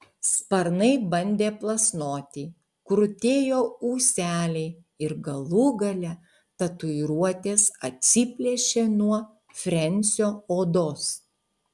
sparnai bandė plasnoti krutėjo ūseliai ir galų gale tatuiruotės atsiplėšė nuo frensio odos